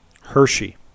Hershey